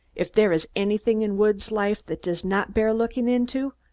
if there is anything in woods' life that does not bear looking into,